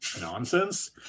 nonsense